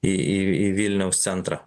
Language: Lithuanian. į į į vilniaus centrą